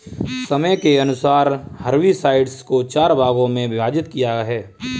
समय के अनुसार हर्बिसाइड्स को चार भागों मे विभाजित किया है